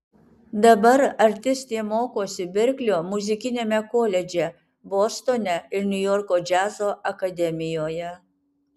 dabar artistė mokosi berklio muzikiniame koledže bostone ir niujorko džiazo akademijoje